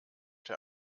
der